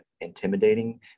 intimidating